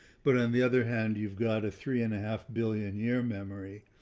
but on the other hand, you've got a three and a half billion year memory,